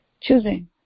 choosing